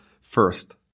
first